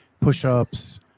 push-ups